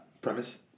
Premise